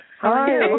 Hi